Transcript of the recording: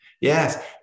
Yes